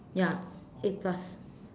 ya eight plus